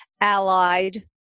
allied